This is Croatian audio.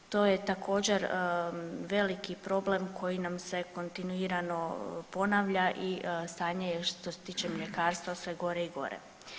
To je također veliki problem koji nam se kontinuirano ponavlja i stanje je što se tiče mljekarstva sve gore i gore.